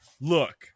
look